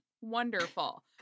Wonderful